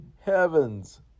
heavens